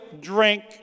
drink